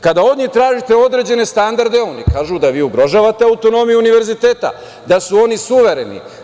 Kada od njih tražite određene standarde, oni kažu da vi ugrožavate autonomiju univerziteta, da su oni suvereni.